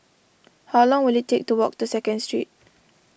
how long will it take to walk to Second Street